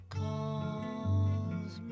calls